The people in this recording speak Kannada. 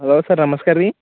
ಹಲೋ ಸರ್ ನಮಸ್ಕಾರ ರೀ